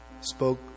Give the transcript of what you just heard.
spoke